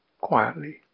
quietly